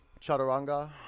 Chaturanga